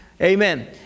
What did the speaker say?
Amen